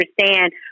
understand